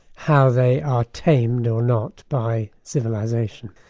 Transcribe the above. how they are tamed or not by civilisation.